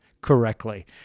correctly